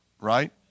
right